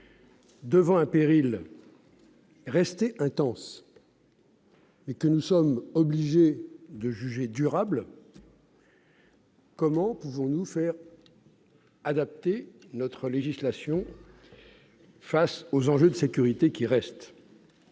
Face à un péril resté intense et que nous sommes obligés de juger durable, comment pouvons-nous adapter notre législation aux enjeux de sécurité qui persistent ?